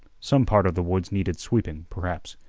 some part of the woods needed sweeping, perhaps,